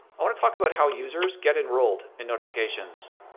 i want to talk about how users get enrolled in notifications.